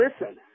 listen